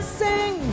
sing